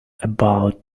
about